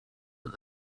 but